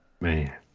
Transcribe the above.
Man